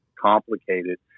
complicated